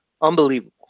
Unbelievable